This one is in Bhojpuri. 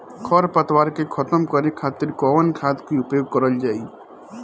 खर पतवार के खतम करे खातिर कवन खाद के उपयोग करल जाई?